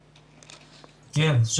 בבקשה.